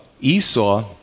Esau